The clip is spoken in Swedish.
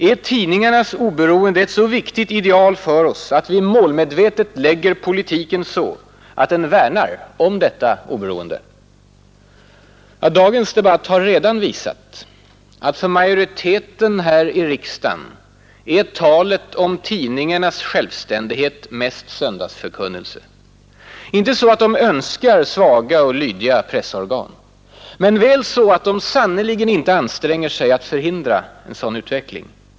Är tidningarnas oberoende ett så viktigt ideal för oss att vi målmedvetet lägger politiken så att den värnar om detta oberoende? Dagens debatt har redan visat att för majoriteten här i riksdagen är talet om tidningarnas självständighet mest söndagsförkunnelse. Inte så att de önskar svaga och lydiga pressorgan. Men väl så att de sannerligen inte anstränger sig att förhindra en sådan utveckling.